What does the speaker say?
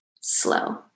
slow